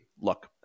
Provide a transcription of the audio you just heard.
Look